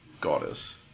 goddess